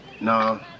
No